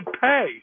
pay